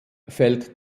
fällt